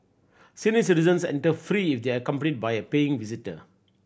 senior citizens enter free if they are accompanied by a paying visitor